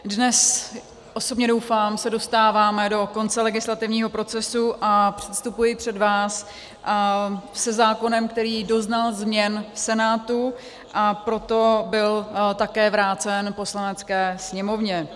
Dnes, osobně doufám, se dostáváme do konce legislativního procesu a předstupuji před vás se zákonem, který doznal změn v Senátu, a proto byl také vrácen Poslanecké sněmovně.